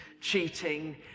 cheating